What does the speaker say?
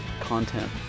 content